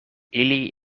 ili